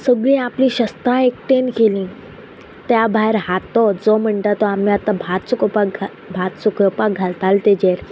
सगळीं आपली शस्त्रां एकटेन केली त्या भायर हातो जो म्हणटा तो आमी आतां भात सुकोवपाक घा भात सुकोवपाक घालताले ताजेर